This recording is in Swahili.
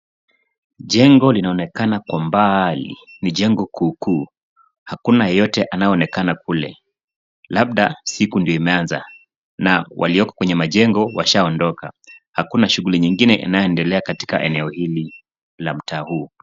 Jengo linaonekana kwa mbali, ni jengo kuu kuu, hakuna yeyote anayeonekana kule, labda siku ndio imeanza na walioko kwenye majengo washaondoka, hakuna shughuli nyingine inayoendelea katika eneo hili la mtaa huu.